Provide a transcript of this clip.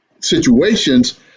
situations